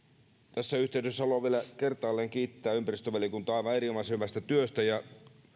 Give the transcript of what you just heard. tässä yhteydessä haluan vielä kertaalleen kiittää ympäristövaliokuntaa aivan erinomaisen hyvästä työstä ja